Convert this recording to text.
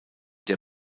der